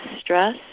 stress